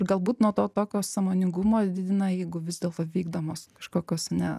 ir galbūt nuo to tokio sąmoningumo didina jeigu vis dėlto vykdomos kažkokios ne